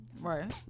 right